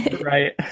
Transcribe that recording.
Right